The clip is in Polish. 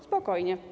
Spokojnie.